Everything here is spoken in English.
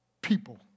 people